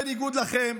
בניגוד אליכם,